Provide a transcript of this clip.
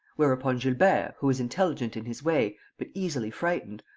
whereupon gilbert, who is intelligent in his way, but easily frightened,